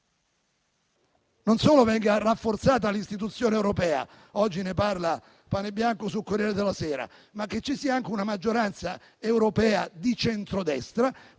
non solo venga rafforzata l'istituzione europea - oggi ne parla Panebianco sul «Corriere della sera» - ma che ci sia anche una maggioranza europea di centrodestra.